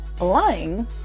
lying